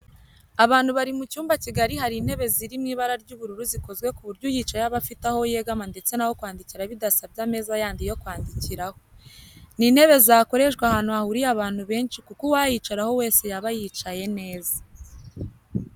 Abantu bari mu cyumba kigari hari intebe ziri mu ibara ry'ubururu zikozwe ku buryo uyicayeho aba afite aho yegamira ndetse n'aho kwandikira bidasabye ameza yandi yo kwandikiraho. Ni intebe zakoreshwa ahantu hahuriye abantu benshi kuko uwayicaraho wese yaba yicaye neza